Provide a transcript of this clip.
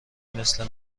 مثل